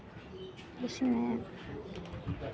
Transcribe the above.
उसमें